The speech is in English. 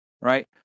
right